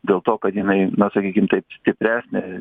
dėl to kad jinai na sakykim taip stipresnė